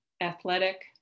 athletic